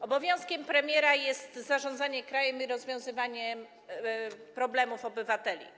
Obowiązkiem premiera jest zarządzanie krajem i rozwiązywanie problemów obywateli.